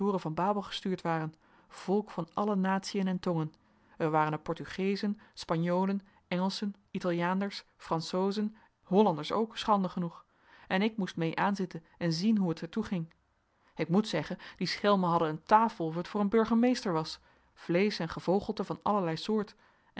van babel gestuurd waren volk van alle natiën en tongen er waren er portugeezen spanjolen engelschen italiaanders françoisen hollanders ook schande genoeg en ik moest mee aanzitten en zien hoe het er toeging ik moet zeggen die schelmen hadden een tafel of het voor een burgemeester was vleesch en gevogelte van allerlei soort